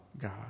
God